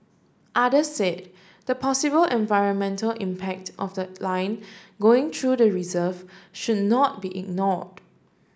others said the possible environmental impact of the line going through the reserve should not be ignored